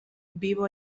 vivo